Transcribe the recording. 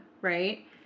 right